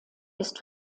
ist